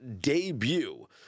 debut